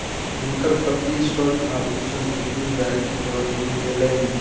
हुनकर पत्नी स्वर्ण आभूषण गिरवी राइख कअ ऋण लेलैन